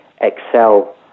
excel